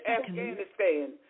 Afghanistan